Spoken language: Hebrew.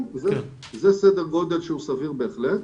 זה סדר גודל שהוא סביר בהחלט.